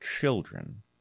children